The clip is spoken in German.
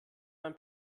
mein